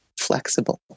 flexible